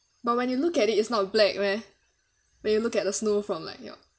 but when you look at it it's not black meh when you look at the snow from like your